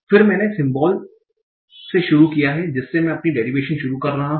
फिर मैंने सिमबोल से शुरू किया है जिससे मैं अपनी डेरिवेशन शुरू कर रहा हूं